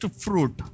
fruit